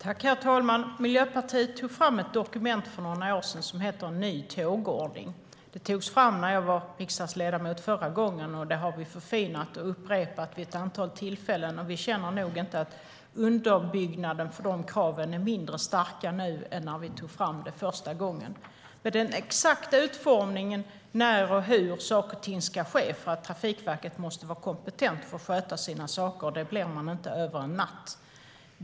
Herr talman! Miljöpartiet tog för några år sedan, när jag var riksdagsledamot förra gången, fram ett dokument som heter En ny tågordning . Vi har sedan förfinat detta och tagit fram det vid upprepade tillfällen. Vi känner nog inte att underbyggnaden för de kraven är mindre starka nu än när vi tog fram dokumentet första gången. Men den exakta utformningen av när och hur saker och ting ska ske kan jag inte meddela nu. Trafikverket måste vara kompetent för att sköta sina saker, och det blir man inte över en natt.